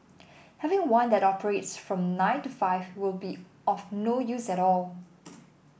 having one that operates from nine to five will be of no use at all